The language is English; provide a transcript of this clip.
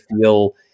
feel